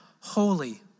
holy